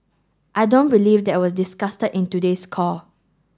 I don't believe that was in today's call